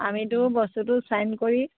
আমিতো বস্তুটো চাইন কৰি